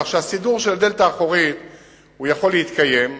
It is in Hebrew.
כך שהסידור של הדלת האחורית יכול להתקיים,